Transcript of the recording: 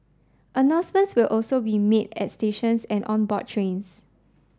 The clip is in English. announcements will also be made at stations and on board trains